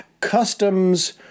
customs